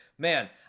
Man